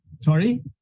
Sorry